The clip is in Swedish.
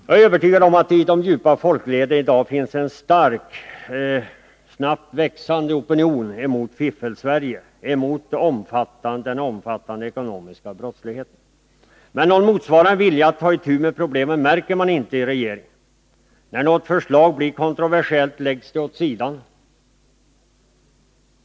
Jag är övertygad om att det i de djupa folkleden i dag finns en stark, snabbt växande opinion mot Fiffelsverige -— mot den omfattande ekonomiska brottsligheten. Men någon motsvarande vilja inom regeringen att ta itu med problemen märker man inte. När något förslag blir kontroversiellt läggs det åt sidan.